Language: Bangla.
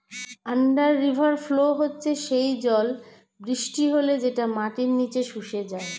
আন্ডার রিভার ফ্লো হচ্ছে সেই জল বৃষ্টি হলে যেটা মাটির নিচে শুষে যায়